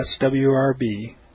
swrb